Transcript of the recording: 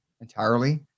entirely